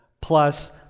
plus